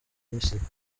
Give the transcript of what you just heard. misiri